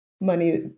money